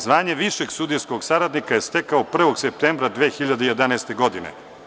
Zvanje višeg sudijskog saradnika je stekao 1. septembra 2011. godine.